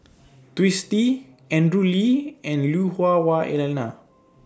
Twisstii Andrew Lee and Lui Hah Wah Elena